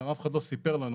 גם אף אחד לא סיפר לנו